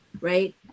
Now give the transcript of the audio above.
right